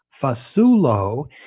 Fasulo